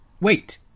Wait